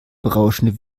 berauschende